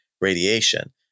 radiation